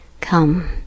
Come